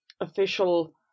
official